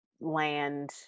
land